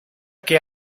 que